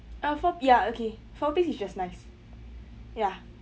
uh four ya okay four piece is just nice ya